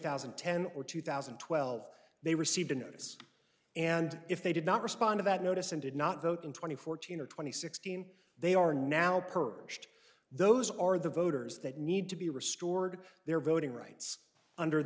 thousand and ten or two thousand and twelve they received a notice and if they did not respond to that notice and did not vote in twenty fourteen or twenty sixteen they are now purged those are the voters that need to be restored their voting rights under